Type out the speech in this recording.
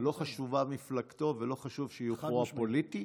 לא חשובה מפלגתו ולא חשוב שיוכו הפוליטי.